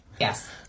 Yes